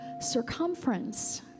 circumference